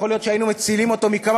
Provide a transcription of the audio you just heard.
יכול להיות שהיינו מצילים אותו מכמה